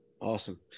Awesome